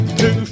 two